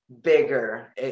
bigger